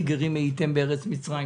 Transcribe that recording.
כי גרים הייתם בארץ מצרים",